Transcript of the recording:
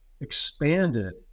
expanded